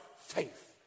faith